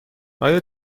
آیا